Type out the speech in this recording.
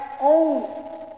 own